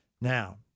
Now